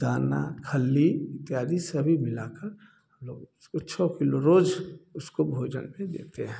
दाना खल्ली इत्यादि सभी मिलाकर हम लोग उसको छः किलो रोज उसको भोजन में देते हैं